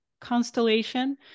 constellation